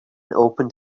opened